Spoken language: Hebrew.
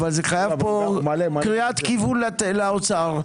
אבל חייבים לתת קריאת כיוון לאוצר,